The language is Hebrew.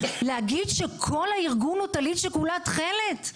להגיד שכל הארגון הוא טלית שכולה תכלת?